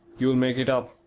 you'll make it up,